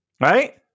Right